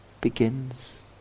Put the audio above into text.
begins